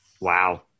Wow